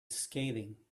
scathing